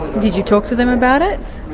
did you talk to them about it?